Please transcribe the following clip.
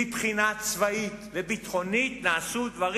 מבחינה צבאית וביטחונית נעשו דברים